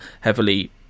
heavily